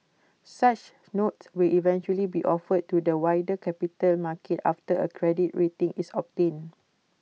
such notes will eventually be offered to the wider capital market after A credit rating is obtained